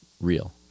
real